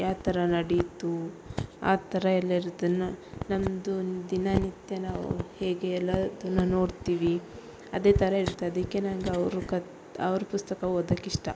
ಯಾವ ಥರ ನಡೀತು ಆ ಥರ ಎಲ್ಲ ಇರುತ್ತೆ ನಮ್ಮದು ದಿನನಿತ್ಯ ನಾವು ಹೇಗೆ ಎಲ್ಲ ಅದನ್ನ ನೋಡ್ತೀವಿ ಅದೇ ಥರ ಇರುತ್ತೆ ಅದಕ್ಕೆ ನಂಗೆ ಅವರು ಕತೆ ಅವ್ರ ಪುಸ್ತಕ ಓದಕ್ಕೆ ಇಷ್ಟ